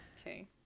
Okay